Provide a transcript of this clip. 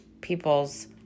people's